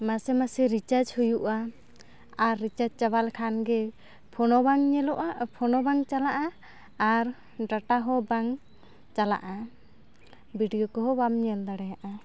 ᱢᱟᱥᱮ ᱢᱟᱥᱮ ᱨᱤᱪᱟᱨᱡᱽ ᱦᱩᱭᱩᱜᱼᱟ ᱟᱨ ᱨᱤᱪᱟᱨᱡᱽ ᱪᱟᱵᱟ ᱞᱮᱠᱷᱟᱱ ᱜᱮ ᱯᱷᱳᱱ ᱦᱚᱸ ᱵᱟᱝ ᱧᱮᱞᱚᱜᱼᱟ ᱟᱨ ᱯᱷᱳᱱ ᱦᱚᱸ ᱵᱟᱝ ᱪᱟᱞᱟᱜᱼᱟ ᱟᱨ ᱰᱟᱴᱟ ᱦᱚᱸ ᱵᱟᱝ ᱪᱟᱞᱟᱜᱼᱟ ᱵᱷᱤᱰᱭᱳ ᱠᱚᱦᱚᱸ ᱵᱟᱢ ᱧᱮᱞ ᱫᱟᱲᱮᱭᱟᱜᱼᱟ